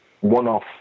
one-off